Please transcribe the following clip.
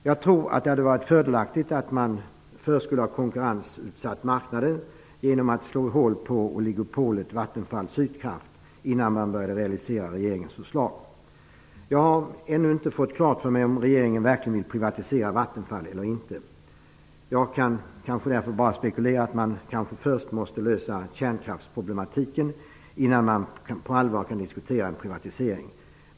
Jag tror det hade varit fördelaktigt att först konkurrensutsätta marknaden genom att slå hål på oligopolet Vattenfall-Sydkraft innan man började realisera regeringens förslag. Jag har ännu inte fått klart för mig om regeringen verkligen vill privatisera Vattenfall eller inte. Jag kan bara spekulera i att man kanske först måste lösa kärnkraftsproblematiken innan man på allvar kan diskutera en privatisering.